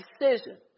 decision